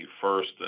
first